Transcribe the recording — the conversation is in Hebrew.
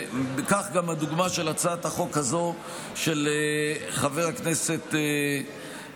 כך גם הדוגמה של הצעת החוק הזו של חבר הכנסת צבי